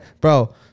Bro